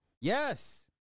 Yes